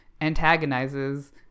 antagonizes